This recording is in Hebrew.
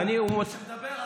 מי שמדבר?